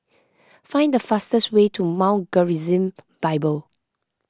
find the fastest way to Mount Gerizim Bible